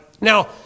Now